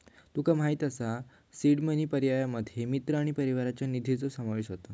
तुका माहित असा seed money पर्यायांमध्ये मित्र आणि परिवाराच्या निधीचो समावेश होता